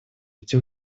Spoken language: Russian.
эти